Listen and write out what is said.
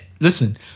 Listen